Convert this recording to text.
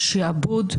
שיעבוד,